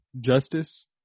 justice